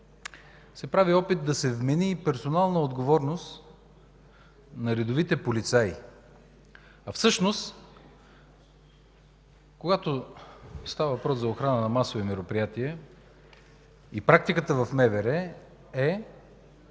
се прави опит да се вмени персонална отговорност на редовите полицаи, а всъщност, когато става въпрос за охрана на масови мероприятия, практиката в МВР е